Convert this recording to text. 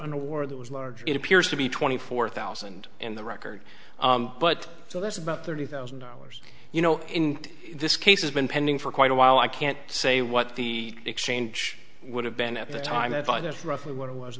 in a war that was large it appears to be twenty four thousand in the record but so that's about thirty thousand dollars you know in this case has been pending for quite a while i can't say what the exchange would have been at the time of either roughly what it was